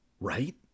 right